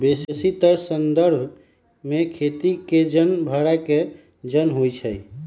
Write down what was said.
बेशीतर संदर्भ में खेती के जन भड़ा के जन होइ छइ